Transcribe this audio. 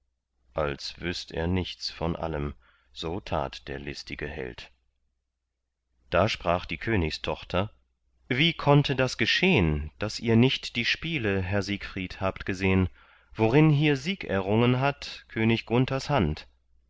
als wüßt er nichts von allem so tat der listige held da sprach die königstochter wie konnte das geschehn daß ihr nicht die spiele herr siegfried habt gesehn worin hier sieg errungen hat könig gunthers hand